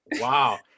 wow